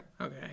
okay